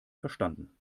verstanden